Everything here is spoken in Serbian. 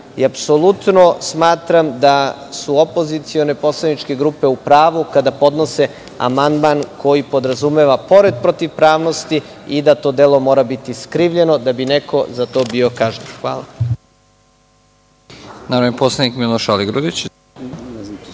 i apsolutno smatram da su opozicione poslaničke grupe u pravu kada podnose amandman koji podrazumeva pored protivpravnosti i da to delo mora biti skrivljeno da bi neko za to bio kažnjen. Hvala. **Nebojša Stefanović** Reč